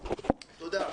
תודה.